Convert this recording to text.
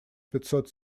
пятьсот